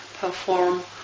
perform